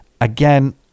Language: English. Again